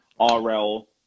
RL